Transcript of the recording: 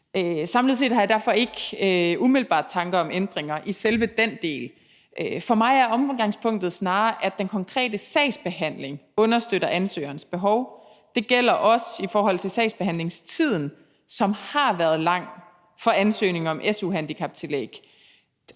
Samlet set har jeg derfor ikke umiddelbart tanker om ændringer i selve den del. For mig er omdrejningspunktet snarere, at den konkrete sagsbehandling understøtter ansøgerens behov. Det gælder også i forhold til sagsbehandlingstiden, som har været lang for ansøgninger om su-handicaptillæg.